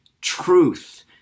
truth